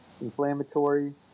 inflammatory